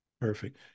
Perfect